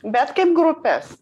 bet kaip grupes